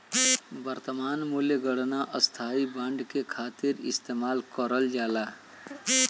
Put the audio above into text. वर्तमान मूल्य गणना स्थायी बांड के खातिर इस्तेमाल करल जाला